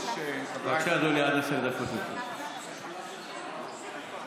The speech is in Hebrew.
עד עשר דקות לרשותך.